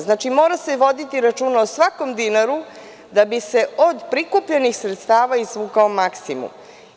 Znači, mora se voditi računa o svakom dinaru da bi se od prikupljenih sredstava izvukao maksimum.